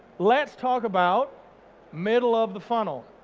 let's talk about middle of the funnel.